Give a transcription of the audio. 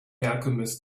alchemist